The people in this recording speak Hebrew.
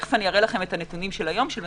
תכף אראה לכם את המדדים של אתמול.